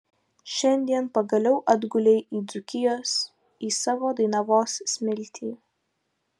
šiandien pagaliau atgulei į dzūkijos į savo dainavos smiltį